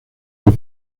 del